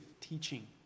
teaching